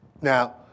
Now